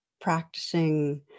practicing